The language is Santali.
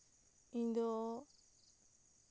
ᱤᱧ ᱫᱚ